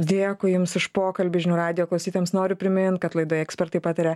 dėkui jums už pokalbį žinių radijo klausytojams noriu primint kad laidoje ekspertai pataria